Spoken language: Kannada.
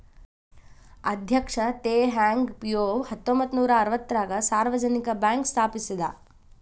ಅಧ್ಯಕ್ಷ ತೆಹ್ ಹಾಂಗ್ ಪಿಯೋವ್ ಹತ್ತೊಂಬತ್ ನೂರಾ ಅರವತ್ತಾರಗ ಸಾರ್ವಜನಿಕ ಬ್ಯಾಂಕ್ ಸ್ಥಾಪಿಸಿದ